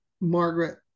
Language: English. Margaret